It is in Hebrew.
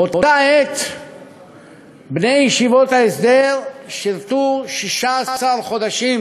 באותה העת בני ישיבות ההסדר שירתו 16 חודשים,